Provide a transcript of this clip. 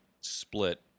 split